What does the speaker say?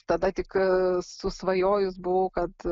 tada tik susvajojus buvau kad